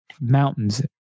mountains